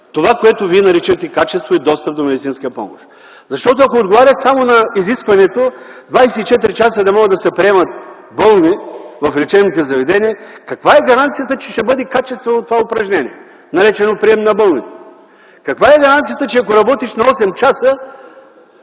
това, което вие наричате качество и достъп до медицинска помощ. Защото, ако отговарят само на изискването 24 часа да могат да се приемат болни в лечебните заведения, каква е гаранцията, че ще бъде качествено това упражнение, наречено прием на болни? Каква е гаранцията, че ако работиш на осем часа,